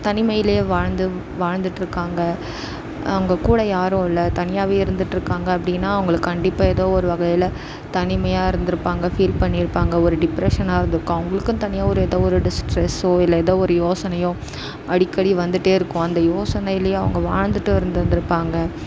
தனிமையிலையே வாழ்ந்து வாழ்ந்துகிட்ருக்காங்க அவங்க கூட யாரும் இல்லை தனியாகவே இருந்துகிட்ருக்காங்க அப்படின்னா அவங்கள கண்டிப்பாக ஏதோ ஒரு வகையில் தனிமையாக இருந்திருப்பாங்க ஃபீல் பண்ணியிருப்பாங்க ஒரு டிப்ரஷன்னாக இருந்திருக்கும் அவங்களுக்குன்னு தனியாக ஒரு ஏதோ ஒரு டிஸ் ஸ்ட்ரெஸ்ஸோ இல்லை ஏதோ ஒரு யோசனையோ அடிக்கடி வந்துகிட்டே இருக்கும் அந்த யோசனையிலே அவங்க வாழ்ந்துகிட்டும் இருந்திருந்துருப்பாங்க